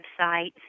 websites